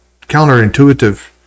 counterintuitive